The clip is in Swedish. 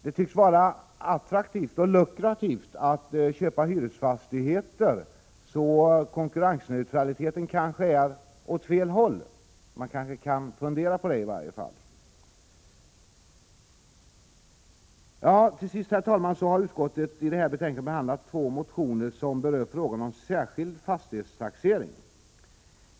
Det tycks vara attraktivt och lukrativt att köpa hyresfastigheter, och man kanske kan fundera på om konkurrensneutraliteten går åt fel håll. Till sist, herr talman, har utskottet i detta betänkande behandlat två motioner som berör frågan om särskild fastighetstaxering.